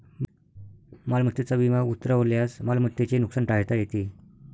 मालमत्तेचा विमा उतरवल्यास मालमत्तेचे नुकसान टाळता येते